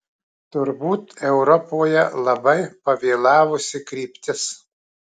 turbūt europoje labai pavėlavusi kryptis